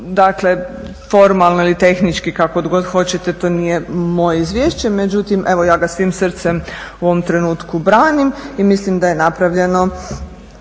dakle formalno ili tehnički kako god hoćete to nije moje izvješće. Međutim, evo ja ga svim srcem u ovom trenutku branim i mislim da je napravljeno